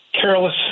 careless